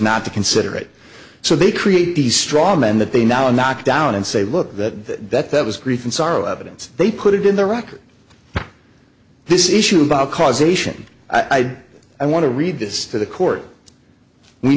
not to consider it so they create these straw men that they now knock down and say look that that that was grief and sorrow evidence they put it in the record this issue about causation i do i want to read this to the court we